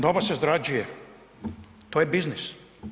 Doma se izrađuje, to je biznis.